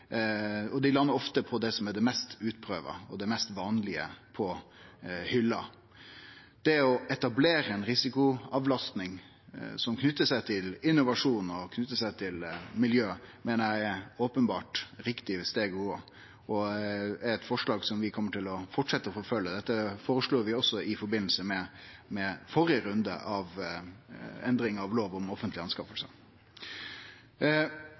det som er det mest vanlege «på hylla». Det å etablere ei risikoavlasting som knyter seg til innovasjon og miljø, meiner eg er eit openbert riktig steg å gå og er eit forslag som vi kjem til å fortsetje med å forfølgje. Dette føreslo vi også i forbindelse med førre runde med endring av lov om